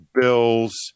bills